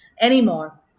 anymore